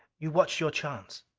you watch your chance.